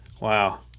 Wow